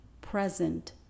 present